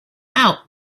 out